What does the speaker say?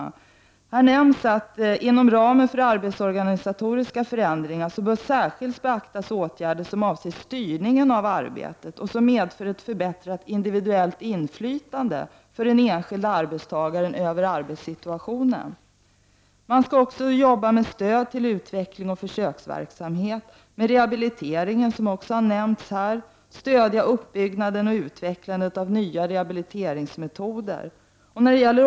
Det sägs i propositionen att inom ramen för arbetsorganisatoriska förändringar bör särskilt vidtas åtgärder som avser styrningen av arbetet och som medför ett förbättrat individuellt inflytande för den enskilde arbetstagaren över arbetssituationen. Arbetslivsfonden skall också stödja försöksverksamheten med rehabilitering, vilket också har nämnts här i debatten. Fonden skall vidare stödja uppbyggnaden och utvecklandet av nya rehabiliteringsmetoder.